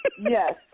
Yes